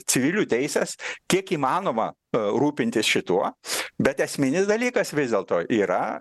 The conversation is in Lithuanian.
civilių teises kiek įmanoma rūpintis šituo bet esminis dalykas vis dėlto yra